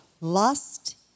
lust